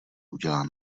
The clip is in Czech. udělá